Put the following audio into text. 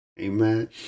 Amen